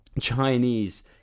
Chinese